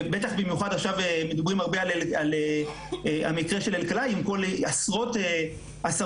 בטח במיוחד עכשיו מדברים הרבה על המקרה של אלקלעי עם עשרות מתלוננות,